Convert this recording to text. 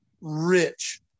rich